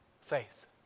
faith